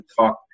talk